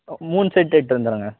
மூணு செட் எடுத்துகிட்டு வந்து இருங்க